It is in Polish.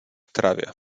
trawie